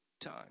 time